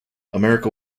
america